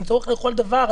הם צורך לכל דבר.